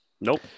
Nope